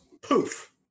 Poof